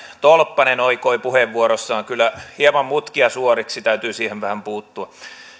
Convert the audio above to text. tolppanen oikoi puheenvuorossaan kyllä hieman mutkia suoriksi täytyy siihen vähän puuttua